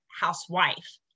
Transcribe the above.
housewife